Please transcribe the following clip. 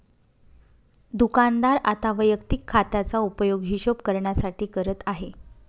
दुकानदार आता वैयक्तिक खात्याचा उपयोग हिशोब करण्यासाठी करत आहे